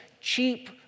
cheap